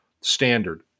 standard